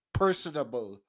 personable